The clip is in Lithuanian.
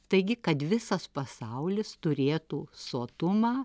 taigi kad visas pasaulis turėtų sotumą